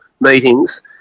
meetings